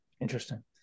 Interesting